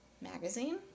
magazine